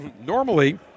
Normally